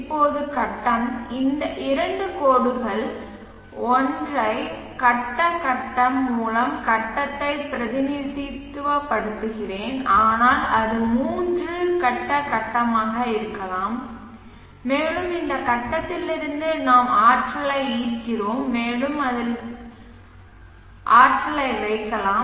இப்போது கட்டம் இந்த இரண்டு கோடுகள் ஒற்றை கட்ட கட்டம் மூலம் கட்டத்தை பிரதிநிதித்துவப்படுத்துகிறேன் ஆனால் அது மூன்று கட்ட கட்டமாக இருக்கலாம் மேலும் இந்த கட்டத்திலிருந்து நாம் சக்தியை ஈர்க்கிறோம் மேலும் அதில் சக்தியை வைக்கலாம்